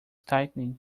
tightening